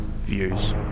views